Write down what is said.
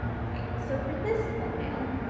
okay. so for this thumbnail,